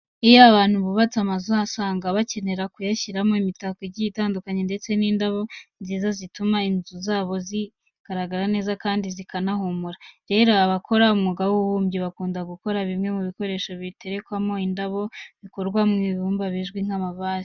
Iyo abantu bubatse amazu usanga bakenera kuyashyiramo imitako igiye itandukanye ndetse n'indabo nziza zituma inzu zabo zigaragara neza kandi zikanahumura. Rero abakora umwuga w'ububumbyi bakunda gukora bimwe mu bikoresho biterekwamo indabo bikorwa mu ibumba bizwi nk'amavaze.